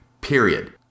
period